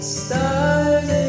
stars